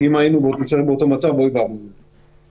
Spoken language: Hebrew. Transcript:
גם יואב שאל קודם על בסיס הנתונים ואולי בכל יום ישתנו